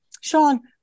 Sean